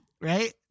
Right